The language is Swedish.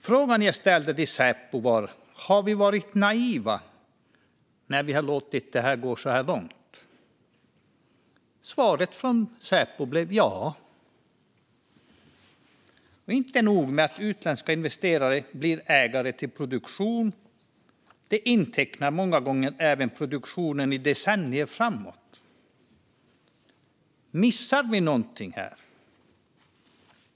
Frågan jag ställde till Säpo var: Har vi varit naiva när vi har låtit det gå så här långt? Svaret från Säpo blev: Ja. Inte nog med att utländska investerare blir ägare till produktion, utan de intecknar många gånger även produktionen i decennier framåt. Missar vi något här?